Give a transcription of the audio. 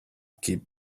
keep